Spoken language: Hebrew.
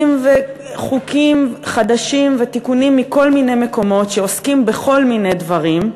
וחוקים חדשים ותיקונים מכל מיני מקומות שעוסקים בכל מיני דברים,